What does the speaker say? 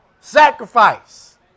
sacrifice